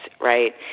right